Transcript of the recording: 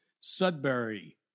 Sudbury